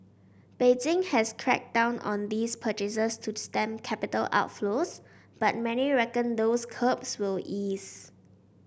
Beijing has cracked down on these purchases to stem capital outflows but many reckon those curbs will ease